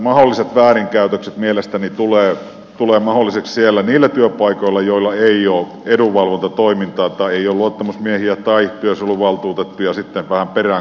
mahdolliset väärinkäytökset mielestäni tulevat mahdollisiksi erityisesti niillä työpaikoilla joilla ei ole edunvalvontatoimintaa tai ei ole luottamusmiehiä tai työsuojeluvaltuutettuja sitten vähän perään katsomassa asiassa